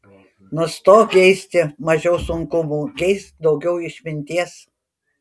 nustok geisti mažiau sunkumų geisk daugiau išminties